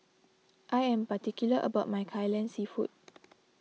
I am particular about my Kai Lan Seafood